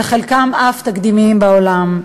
וחלקם אף תקדימיים בעולם,